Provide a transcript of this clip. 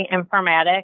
informatics